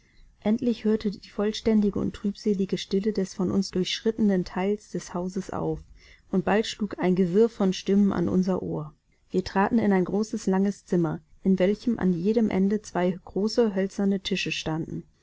endlich hörte die vollständige und trübselige stille des von uns durchschrittenen teiles des hauses auf und bald schlug ein gewirr von stimmen an unser ohr wir traten in ein großes langes zimmer in welchem an jedem ende zwei große hölzerne tische standen